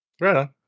Right